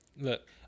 Look